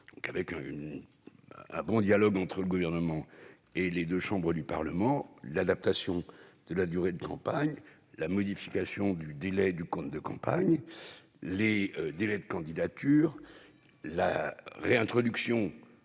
à un bon dialogue entre le Gouvernement et les deux chambres du Parlement : l'adaptation de la durée de la campagne, la modification du délai de dépôt du compte de campagne et des délais de candidature, ou encore